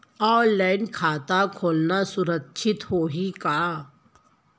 Online खाता खोलना सुरक्षित होही का?